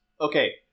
Okay